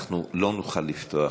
אנחנו לא נוכל לפתוח,